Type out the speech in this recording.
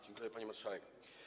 Dziękuję, pani marszałek.